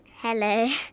Hello